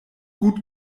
gut